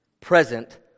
present